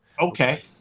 Okay